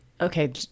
okay